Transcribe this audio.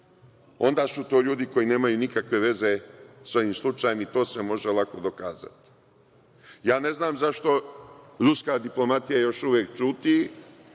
onda su to ljudi koji nemaju nikakve veze sa ovim slučajem i to se može lako dokazati. Ne znam zašto ruska diplomatija još uvek ćuti